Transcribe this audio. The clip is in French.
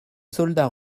soldats